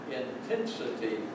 intensity